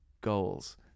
goals